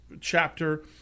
chapter